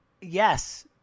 Yes